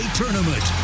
tournament